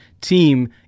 team